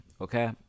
okay